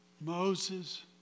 Moses